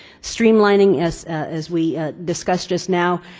streamlining as as we discussed just now,